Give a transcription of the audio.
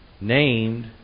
named